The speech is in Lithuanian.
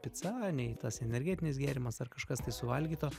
pica nei tas energetinis gėrimas ar kažkas tai suvalgyto